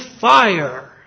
fire